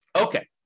Okay